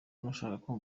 n’ushaka